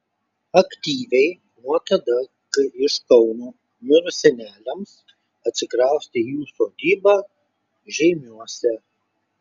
aktyviai nuo tada kai iš kauno mirus seneliams atsikraustė į jų sodybą žeimiuose